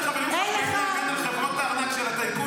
כי ראיתי את החברים שלך באים להגן על חברות הענק של הטייקונים.